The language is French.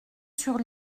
sur